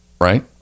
right